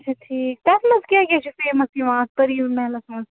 اَچھا ٹھیٖک تَتھ منٛز کیٛاہ کیٛاہ چھُ فیمَس یِوان اَ پٔری محلَس منٛز